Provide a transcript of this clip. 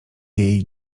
jej